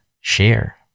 share